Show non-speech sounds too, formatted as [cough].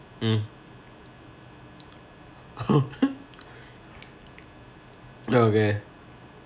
mm [laughs] okay